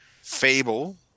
fable